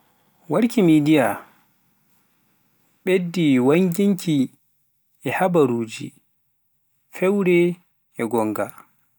warki media ɓeddi wannginki habaruuji, fewre, e gonga.